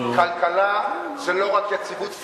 כלכלה זה לא רק יציבות פיננסית,